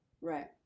Right